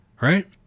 Right